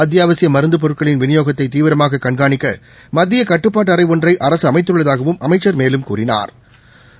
அத்தியாவசிய மருந்துப் பொருட்களின் விநியோகத்தை தீவிரமாக கண்காணிக்க மத்திய கட்டுப்பாட்டு அறை ஒன்றை அரசு அமைத்துள்ளதாகவும் அமைச்சா் மேலும் கூறினாா்